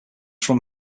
from